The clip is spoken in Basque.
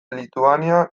lituania